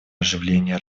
оживления